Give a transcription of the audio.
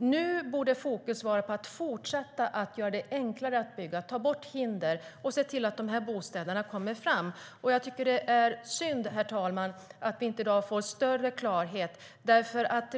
Nu borde fokus ligga på att fortsätta att göra det enklare att bygga, ta bort hinder och se till att bostäderna byggs. Det är synd, herr talman, att vi i dag inte får större klarhet.